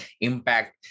impact